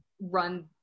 run